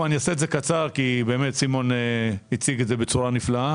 אני אעשה את זה קצר כי באמת סימון הציג את זה בצורה נפלאה.